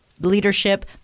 leadership